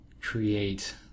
create